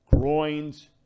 groins